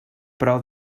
prou